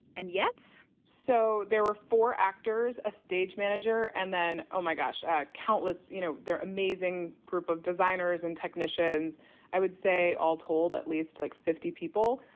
and yet. so there were four actors, a stage manager and then oh, my gosh countless you know, their amazing group of designers and technicians i would say, all told, at least, like, fifty people.